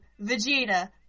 Vegeta